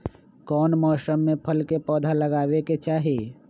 कौन मौसम में फल के पौधा लगाबे के चाहि?